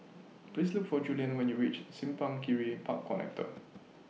Please Look For Julian when YOU REACH Simpang Kiri Park Connector